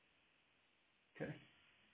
okay